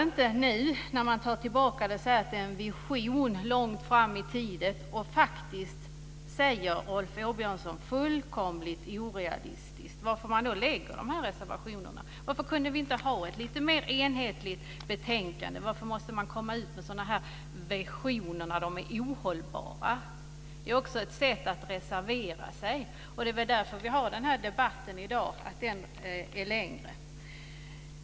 Nu tar man tillbaka och säger att detta är en vision långt fram i tiden. Faktiskt säger Rolf Åbjörnsson också att den är fullkomligt orealistisk. Jag förstår då inte varför man lägger fram de här reservationerna. Varför kunde vi inte ha ett lite mer enhetligt betänkande? Varför måste man komma med sådana här visioner när de är ohållbara? Det är också ett sätt att reservera sig, och det är väl därför den debatt vi har i dag är längre.